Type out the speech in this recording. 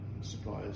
suppliers